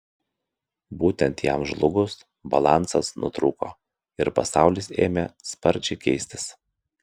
būtent jam žlugus balansas nutrūko ir pasaulis ėmė sparčiai keistis